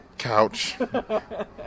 couch